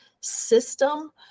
system